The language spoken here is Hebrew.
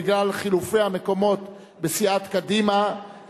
בגלל חילופי המקומות בסיעת קדימה,